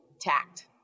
tact